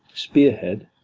spearhead,